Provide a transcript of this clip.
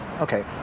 Okay